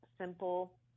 simple